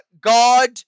God